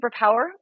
superpower